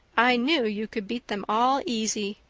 i knew you could beat them all easy.